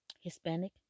Hispanic